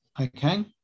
Okay